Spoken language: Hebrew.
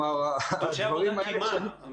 כי מה?